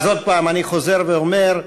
אז אני חוזר ואומר: